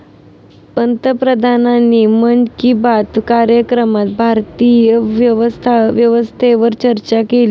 पंतप्रधानांनी मन की बात कार्यक्रमात भारतीय अर्थव्यवस्थेवर चर्चा केली